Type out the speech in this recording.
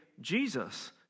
Jesus